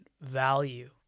value